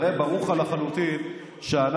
הרי ברור לך לחלוטין שאנחנו,